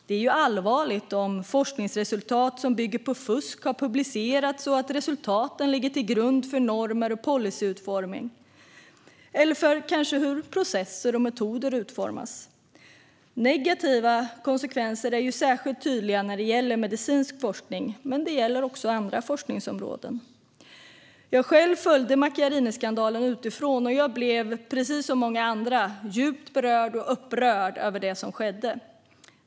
Det är ju allvarligt om forskningsresultat som bygger på fusk har publicerats och resultaten ligger till grund för normer och policyutformning eller för hur processer och metoder utformas. Negativa konsekvenser är särskilt tydliga när det gäller medicinsk forskning, men även när det gäller andra forskningsområden. Själv följde jag Macchiariniskandalen utifrån, och jag blev, precis som många andra, djupt berörd och upprörd över det som skedde.